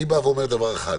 אני אומר דבר אחד,